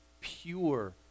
pure